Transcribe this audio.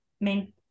main